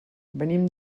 venim